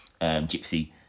gypsy